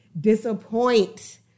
disappoint